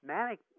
Manic